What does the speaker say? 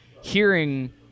hearing